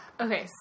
Okay